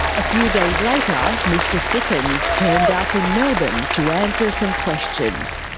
a few days later, mr thickens turned up in melbourne to answer some questions.